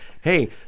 Hey